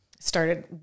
Started